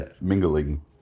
mingling